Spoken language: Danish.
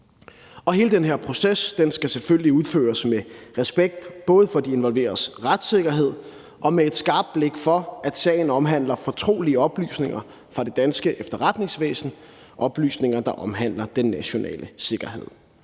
Hele den her proces skal selvfølgelig udføres med respekt både for de involveredes retssikkerhed og med et skarpt blik for, at sagen omhandler fortrolige oplysninger fra det danske efterretningsvæsen, oplysninger, der omhandler den nationale sikkerhed.